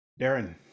Darren